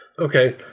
Okay